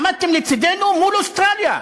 עמדתם לצדנו מול אוסטרליה,